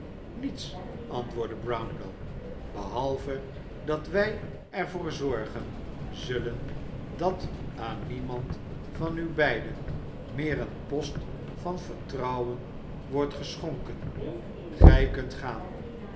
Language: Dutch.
niets antwoordde brownlow behalve dat wij er voor zorgen zullen dat aan niemand van u beiden meer een post van vertrouwen yordt geschonken gij kunt gaan